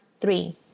three